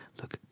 Look